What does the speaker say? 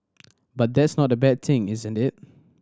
but that's not a bad thing isn't it